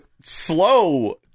Slow